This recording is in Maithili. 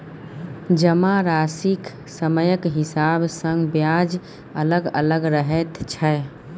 जमाराशिक समयक हिसाब सँ ब्याज अलग अलग रहैत छै